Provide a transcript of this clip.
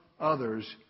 others